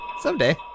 Someday